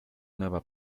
nueva